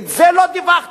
ואת זה לא דיווחת.